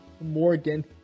Morgan